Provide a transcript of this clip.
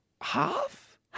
Half